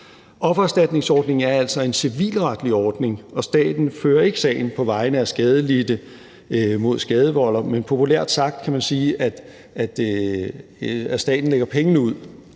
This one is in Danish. Offererstatningsordningen er altså en civilretlig ordning, og staten fører ikke sagen på vegne af skadelidte mod skadevolderen, men populært sagt kan man sige, at staten lægger pengene ud